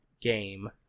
game